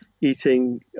eating